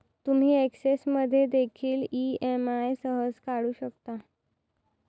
तुम्ही एक्सेल मध्ये देखील ई.एम.आई सहज काढू शकता